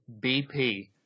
BP